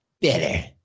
better